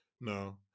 No